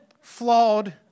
Flawed